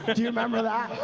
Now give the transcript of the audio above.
do you remember that?